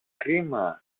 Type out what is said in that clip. κρίμα